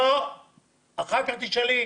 אחר כך תשאלי.